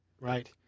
Right